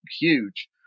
huge